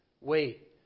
wait